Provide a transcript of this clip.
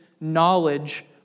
knowledge